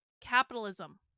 capitalism